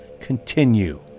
continue